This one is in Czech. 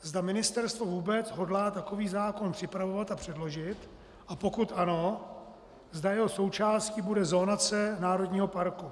Zda ministerstvo vůbec hodlá takový zákon připravovat a předložit, a pokud ano, zda jeho součástí bude zonace národního parku.